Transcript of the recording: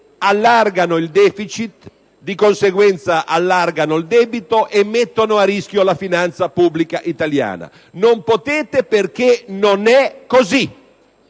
allargano il deficit, e di conseguenza allargano il debito e mettono a rischio la finanza pubblica italiana. Non potete, perché non è così!